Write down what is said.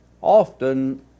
Often